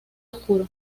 obscuro